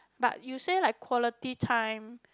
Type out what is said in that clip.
but you say like quality time